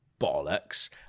bollocks